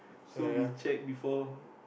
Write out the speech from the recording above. so we check before